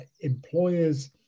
employers